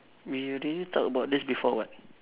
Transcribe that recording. we already talk about this before what